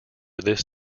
this